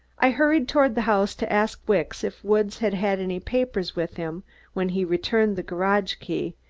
i hurried toward the house to ask wicks if woods had had any papers with him when he returned the garage key,